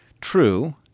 True